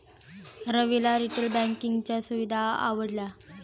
रविला रिटेल बँकिंगच्या सुविधा आवडल्या